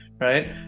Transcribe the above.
right